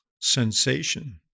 sensation